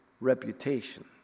reputation